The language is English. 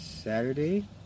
Saturday